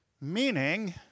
Meaning